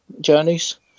journeys